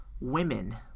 women